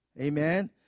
Amen